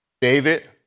David